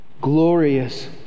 glorious